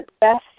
best